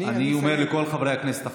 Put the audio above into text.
אני אומר לכל חברי הכנסת החדשים: